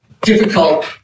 difficult